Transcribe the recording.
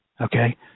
Okay